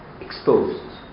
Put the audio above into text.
exposed